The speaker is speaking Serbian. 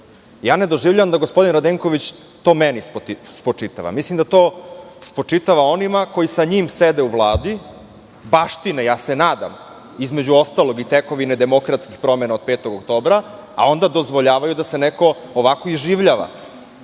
Ne doživljavam da gospodin Radenković to meni spočitava. Mislim da to spočitava onima koji sa njim sede u Vladi, baštine, ja se nadam, između ostalog i tekovine demokratskih promena od 5. oktobra, a onda dozvoljavaju da se neko ovako iživljava